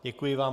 Děkuji vám.